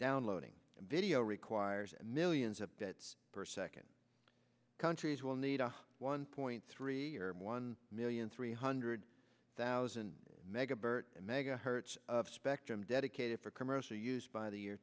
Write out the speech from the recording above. downloading video requires millions of deaths per second countries will need a one point three one million three hundred thousand mega bert megahertz of spectrum dedicated for commercial use by the year